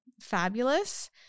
fabulous